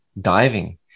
diving